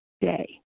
day